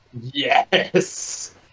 Yes